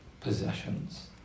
possessions